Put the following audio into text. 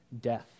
death